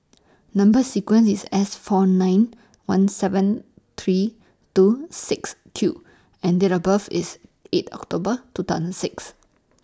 Number sequence IS S four nine one seven three two six Q and Date of birth IS eight October two thousand six